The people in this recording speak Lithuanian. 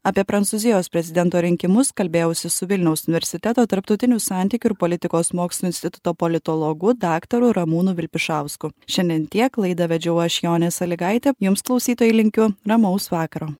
apie prancūzijos prezidento rinkimus kalbėjausi su vilniaus universiteto tarptautinių santykių ir politikos mokslų instituto politologu daktaru ramūnu vilpišausku šiandien tiek laidą vedžiau aš jonė salygaitė jums klausytojai linkiu ramaus vakaro